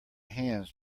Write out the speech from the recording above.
hands